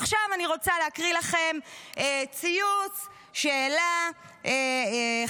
עכשיו אני רוצה להקריא לכם ציוץ שהעלה חברנו,